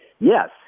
yes